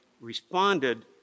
responded